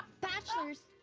bachelors,